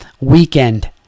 weekend